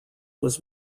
was